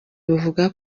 buvuga